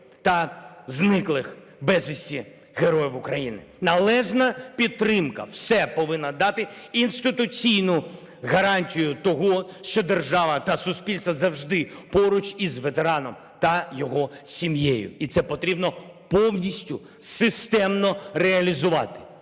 та зниклих безвісти героїв України. Належна підтримка все повинна дати, інституційну гарантію того, що держава та суспільство завжди поруч із ветераном та його сім'єю. І це потрібно повністю системно реалізувати.